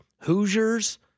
Hoosiers